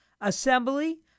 assembly